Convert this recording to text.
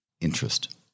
interest